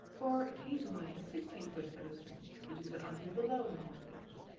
or occasionally a sixteen foot set of strings, which is an octave below normal pitch.